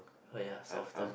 oh ya softer